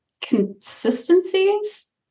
consistencies